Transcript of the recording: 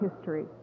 History